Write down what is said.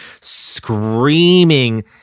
screaming